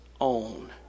own